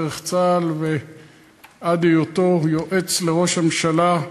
דרך צה"ל ועד היותו יועץ לראש הממשלה,